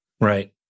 Right